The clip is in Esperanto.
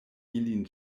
ilin